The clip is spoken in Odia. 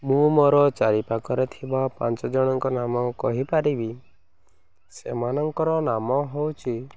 ମୁଁ ମୋର ଚାରିପାଖରେ ଥିବା ପାଞ୍ଚ ଜଣଙ୍କ ନାମ କହିପାରିବି ସେମାନଙ୍କର ନାମ ହେଉଛି